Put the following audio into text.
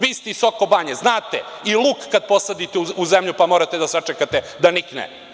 Vi ste iz Sokobanje i znate da i luk kad posadite u zemlju morate da sačekate da nikne.